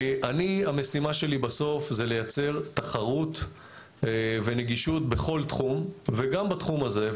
המשימה שלי בסוף זה לייצר תחרות ונגישות בכל תחום וגם בתחום הזה,